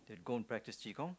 they'll go and practise Qi Gong